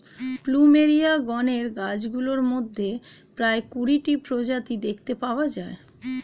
plumeria গণের গাছগুলির মধ্যে প্রায় কুড়িটি প্রজাতি দেখতে পাওয়া যায়